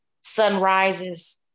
sunrises